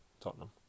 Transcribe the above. Tottenham